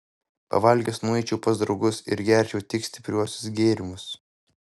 pavalgęs nueičiau pas draugus ir gerčiau tik stipriuosius gėrimus